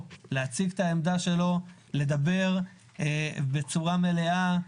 להציג את העמדה שלו ולדבר בצורה מלאה.